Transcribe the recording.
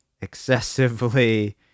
excessively